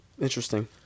Interesting